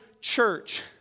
church